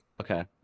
Okay